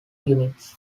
units